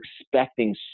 expecting